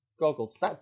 goggles